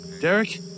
Derek